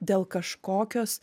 dėl kažkokios